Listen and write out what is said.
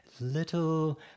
little